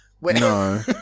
No